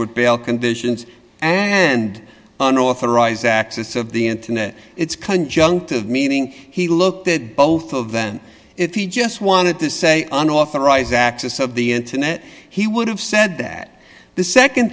with bail conditions and unauthorized access of the internet it's cunt junk to have meaning he looked at both of them if he just wanted to say unauthorized access of the internet he would have said that the